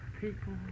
people